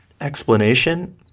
Explanation